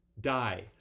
die